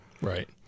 Right